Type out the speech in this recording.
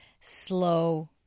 slow